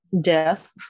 death